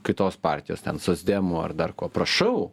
kitos partijos ten socdemų ar dar ko prašau